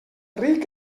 ric